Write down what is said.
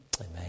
Amen